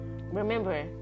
Remember